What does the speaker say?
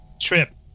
Trip